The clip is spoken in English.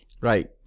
Right